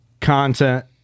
content